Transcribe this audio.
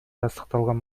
тастыкталган